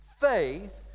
faith